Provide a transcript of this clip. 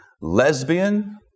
lesbian